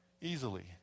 Easily